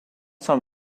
some